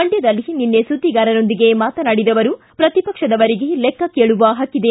ಮಂಡ್ಕದಲ್ಲಿ ನಿನ್ನೆ ಸುದ್ದಿಗಾರರೊಂದಿಗೆ ಮಾತನಾಡಿದ ಅವರು ಪ್ರತಿಪಕ್ಷದವರಿಗೆ ಲೆಕ್ಕಕೇಳುವ ಹಕ್ಕಿದೆ